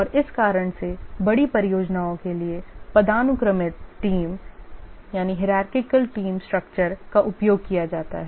और इस कारण से बड़ी परियोजनाओं के लिए पदानुक्रमित टीम संरचना का उपयोग किया जाता है